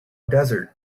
desert